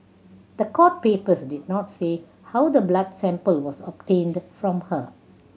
the court papers did not say how the blood sample was obtained from her